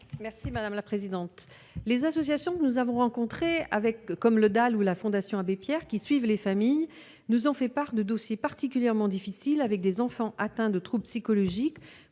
est à Mme Annie Guillemot. Les associations que nous avons rencontrées comme Droit au logement ou la Fondation Abbé Pierre, qui suivent les familles, nous ont fait part de dossiers particulièrement difficiles avec des enfants atteints de troubles psychologiques